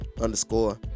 underscore